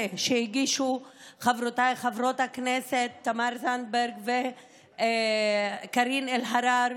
שהגישו חברותיי חברות הכנסת תמר זנדברג וקארין אלהרר